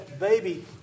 baby